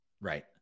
Right